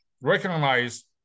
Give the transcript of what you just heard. recognize